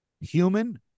human